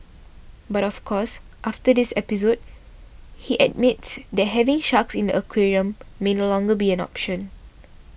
but of course after this episode he admits that having sharks in the aquarium may no longer be an option